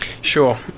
Sure